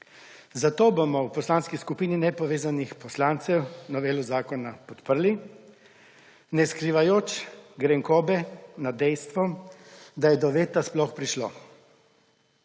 zato bomo v Poslanski skupini nepovezanih poslancev novelo zakona podprli, ne skrivajoč grenkobe nad dejstvom, da je do veta sploh prišlo.